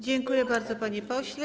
Dziękuję bardzo, panie pośle.